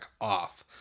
off